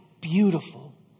beautiful